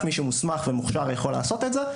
רק מי שמוסמך ומוכשר יכול לעשות את זה,